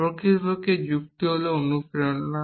প্রকৃতপক্ষে যুক্তি হল অনুপ্রেরণা